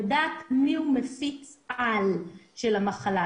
לדעת מי הוא מפיץ-על של המחלה,